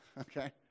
Okay